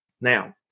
Now